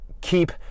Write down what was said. keep